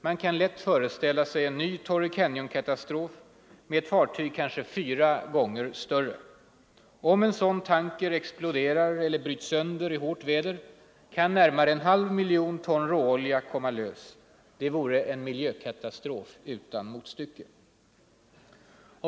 Man kan lätt föreställa sig en ny TorreyCanyon-katastrof med ett fartyg kanske fyra gånger större. Om en sådan tanker exploderar eller bryts sönder i hårt väder kan närmare en halv miljon ton råolja komma lös. Det vore en miljökatastrof utan motstycke.